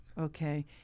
okay